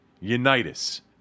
Unitas